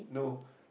no